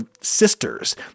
sisters